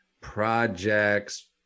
projects